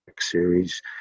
series